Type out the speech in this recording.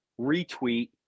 retweet